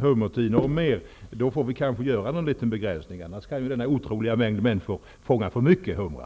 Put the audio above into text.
hummertinor och mer. Då får vi kanske göra någon liten begränsning. Annars kan ju denna otroliga mängd människor fånga för många humrar.